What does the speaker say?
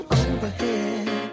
overhead